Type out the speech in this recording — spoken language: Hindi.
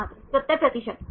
छात्र 70 प्रतिशत